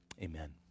amen